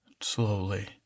Slowly